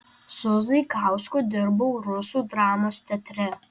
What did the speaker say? su zaikausku dirbau rusų dramos teatre